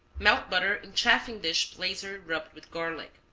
melt butter in chafing-dish blazer rubbed with garlic.